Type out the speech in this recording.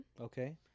okay